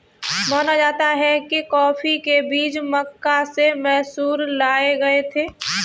माना जाता है कि कॉफी के बीज मक्का से मैसूर लाए गए थे